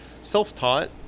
self-taught